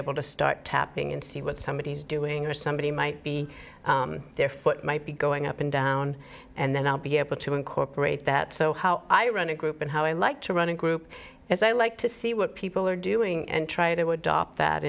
able to start tapping and see what somebody is doing or somebody might be their foot might be going up and down and then i'll be able to incorporate that so how i run a group and how i like to run a group as i like to see what people are doing and try to adopt that